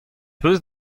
hocʼh